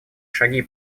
шаги